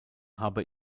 habe